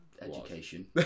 education